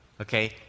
Okay